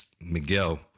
Miguel